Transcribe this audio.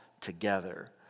together